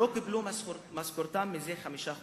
לא קיבלו את משכורתם כבר חמישה חודשים.